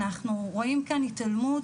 אנחנו רואים כאן התעלמות,